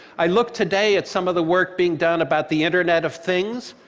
i look today at some of the work being done about the internet of things,